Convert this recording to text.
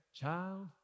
Child